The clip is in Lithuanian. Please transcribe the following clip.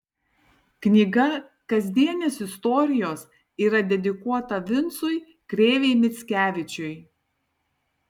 knyga kasdienės istorijos yra dedikuota vincui krėvei mickevičiui